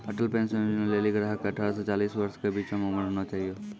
Atal pension Yojana लेली ग्राहक के अठारह से चालीस वर्ष के बीचो उमर होना चाहियो